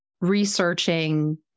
researching